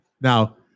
now